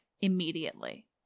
immediately